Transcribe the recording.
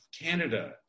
Canada